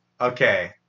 Okay